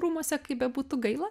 rūmuose kaip bebūtų gaila